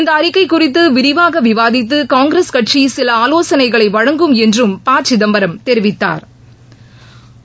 இந்த அறிக்கை குறித்து விரிவாக விவாதித்து காங்கிரஸ் கட்சி சில ஆவோசனைகளை வழங்கும் என்றும் பா சிதம்பரம் தெரிவித்தாா்